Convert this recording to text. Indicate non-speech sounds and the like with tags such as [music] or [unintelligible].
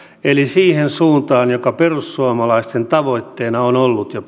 eli siihen suuntaan joka perussuomalaisten tavoitteena on ollut jo [unintelligible]